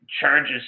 charges